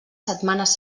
setmanes